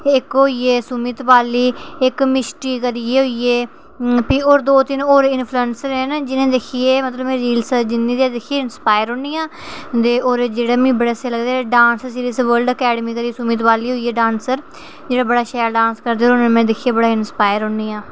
इक होई गे सुमित बाली इक मिष्टी करियै होई गे फिर दो तिन्न होर इन्फ्लुएंस देन जि'नेंगी दिक्खियै मतलब रील्स जि'नेंगी दिक्खियै इन्स्पायर होन्नी आं और जेह्ड़े मिगी बड़े अच्छे लगदे डांस सीरीज वर्ल्ड अकैडमी करी सुमित बाली होई गे डांसर जेह्ड़े बड़ा शैल डांस करदे और उ'नेंगी में दिक्खियै बड़ा इन्स्पायर होन्नी आं